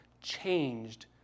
changed